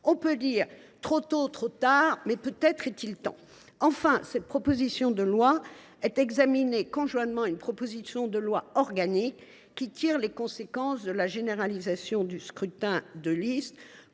ou que c’est trop tard, mais sans doute est il tout simplement temps ! Enfin, cette proposition de loi est examinée conjointement à une proposition de loi organique qui tire les conséquences de la généralisation du scrutin de liste